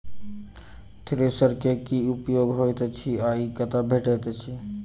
Thresher केँ की उपयोग होइत अछि आ ई कतह भेटइत अछि?